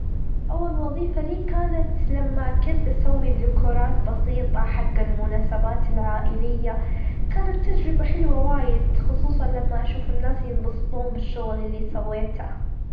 أول وظيفة لي كانت لما كنت أسوي ذيكورات بسيطة حج المناسبات العائلية كانت تجربة حلوة وايد، خصوصًا لما أشوف الناس ينبسطون بالشغل اللي سويته.